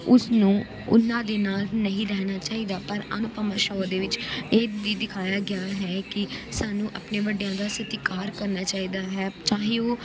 ਉਸਨੂੰ ਉਨ੍ਹਾਂ ਦੇ ਨਾਲ਼ ਨਹੀਂ ਰਹਿਣਾ ਚਾਹੀਦਾ ਪਰ ਅਨੁਪਮਾ ਸ਼ੋਅ ਦੇ ਵਿੱਚ ਇਹ ਵੀ ਦਿਖਾਇਆ ਗਿਆ ਹੈ ਕਿ ਸਾਨੂੰ ਆਪਣੇ ਵੱਡਿਆਂ ਦਾ ਸਤਿਕਾਰ ਕਰਨਾ ਚਾਹੀਦਾ ਹੈ ਚਾਹੇ ਉਹ